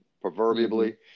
proverbially